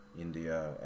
India